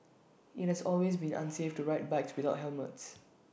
IT has always been unsafe to ride bikes without helmets